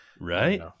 Right